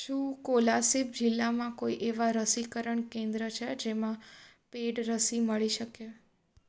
શું કોલાસિબ જિલ્લામાં કોઈ એવાં રસીકરણ કેન્દ્ર છે જેમાં પેઈડ રસી મળી શકે